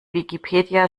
wikipedia